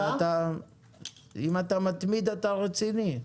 אם אתה מתמיד, אתה רציני.